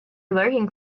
lurking